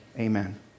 Amen